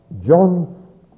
John